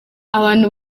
abantu